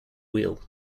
wheel